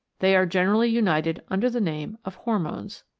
they are generally united under the name of hormones.